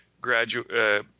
graduate